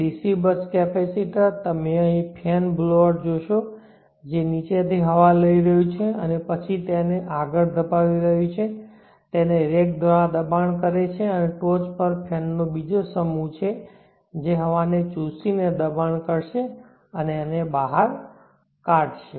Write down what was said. DC bus capacitor તમે અહીં fan blower જોશો જે નીચેથી હવા લઈ રહ્યું છે અને પછી તેને આગળ ધપાવી રહ્યું છે તેને રેક દ્વારા દબાણ કરે છે અને ટોચ પર ફેન નો બીજો સમૂહ છે જે હવાને ચૂસીને દબાણ કરશે તે બહાર કાઢશે